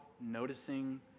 noticing